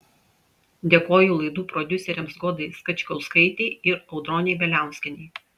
dėkoju laidų prodiuserėms godai skačkauskaitei ir audronei bieliauskienei